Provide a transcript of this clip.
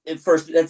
first